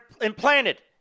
implanted